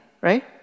right